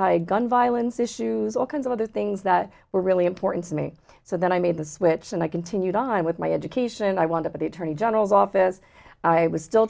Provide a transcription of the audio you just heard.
high gun violence issues all kinds of other things that were really important to me so then i made the switch and i continued on with my education i want to put a tourney general's office i was still